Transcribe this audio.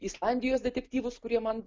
islandijos detektyvus kurie man